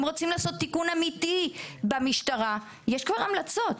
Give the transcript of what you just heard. אם רוצים לעשות תיקון אמיתי במשטרה יש כבר המלצות,